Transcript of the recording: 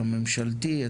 הממשלתי,